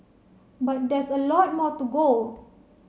but there's a lot more to go